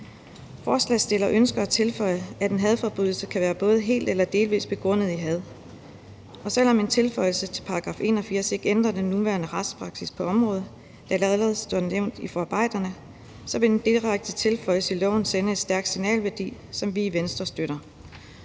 Forslagsstillerne ønsker at tilføje, at en hadforbrydelse kan være helt eller delvis begrundet i had, og selv om en tilføjelse til § 81 ikke ændrer den nuværende retspraksis på området, da det allerede står nævnt i forarbejderne, vil en direkte tilføjelse i loven sende et stærkt signal, som vi i Venstre støtter.